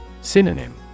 Synonym